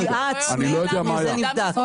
על פגיעה עצמית וזה נבדק.